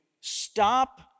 stop